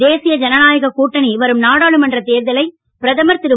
தேசிய ஜனநாயகக் கூட்டணி வரும் நாடாளுமன்றத் தேர்தலை பிரதமர் திரு